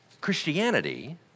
Christianity